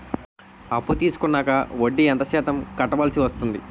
అప్పు తీసుకున్నాక వడ్డీ ఎంత శాతం కట్టవల్సి వస్తుంది?